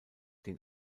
den